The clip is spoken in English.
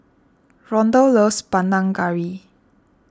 Rondal loves Panang Curry